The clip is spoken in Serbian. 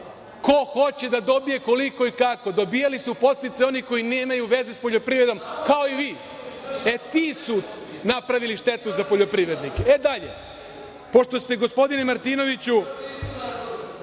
ko hoće da dobije, koliko i kako. Dobijali su podsticaje oni koji nemaju veze s poljoprivredom, kao i vi. E, ti su napravili štetu za poljoprivrednike.E dalje, pošto ste, gospodine Martinoviću,